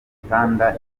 gitanda